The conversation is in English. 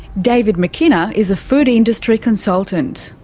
david mckinna is a food industry consultant.